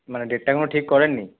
মানে ডেটটা এখনোও ঠিক করেননি